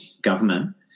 government